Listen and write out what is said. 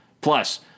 Plus